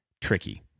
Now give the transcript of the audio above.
Tricky